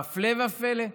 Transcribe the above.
והפלא ופלא,